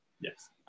yes